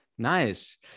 Nice